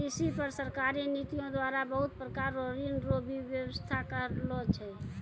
कृषि पर सरकारी नीतियो द्वारा बहुत प्रकार रो ऋण रो भी वेवस्था करलो छै